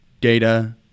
Data